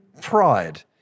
pride